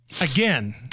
again